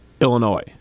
Illinois